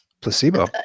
Placebo